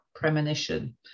premonition